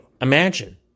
imagine